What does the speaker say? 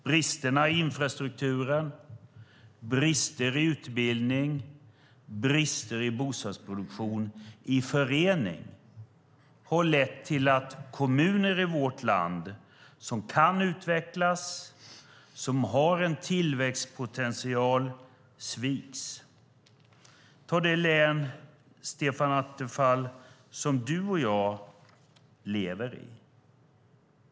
Bristerna i infrastrukturen, brister i utbildning och brister i bostadsproduktion i förening har lett till att kommuner i vårt land som kan utvecklas och som har en tillväxtpotential sviks. Som exempel kan jag ta det län, Stefan Attefall, som du och jag lever i.